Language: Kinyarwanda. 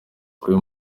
kuba